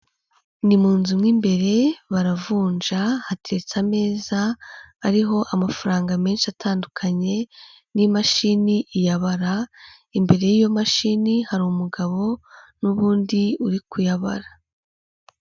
Ni mu nzu mw'imbere, baravunja, hatetse ameza ariho amafaranga menshi atandukanye n'imashini iyabara, imbere y'iyo mashini hari umugabo n'ubundi uri kuyabara.